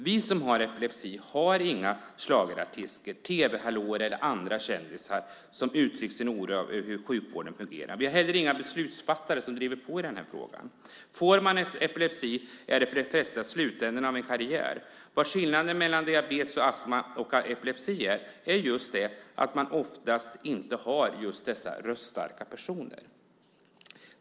Vi som har epilepsi har inga schlagerartister, tv-hallåor eller andra kändisar som uttrycker sin oro över hur sjukvården fungerar. Vi har heller inga beslutsfattare som driver på i den här frågan. Får man epilepsi är det för de flesta slutänden av en karriär. Skillnaden mellan diabetes, astma och epilepsi är just att man oftast inte har dessa röststarka personer.